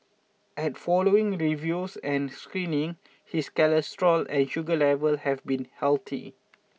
at following reviews and screening his cholesterol and sugar level have been healthy